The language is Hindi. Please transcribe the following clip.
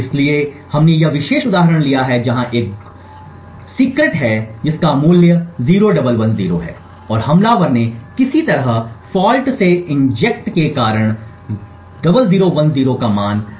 इसलिए हमने यह विशेष उदाहरण लिया है जहां एक गुप्त है जिसका मूल्य 0110 है और हमलावर ने किसी तरह फॉल्ट से इंजेक्शन के कारण 0010 का मान बदल दिया है